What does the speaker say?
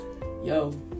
Yo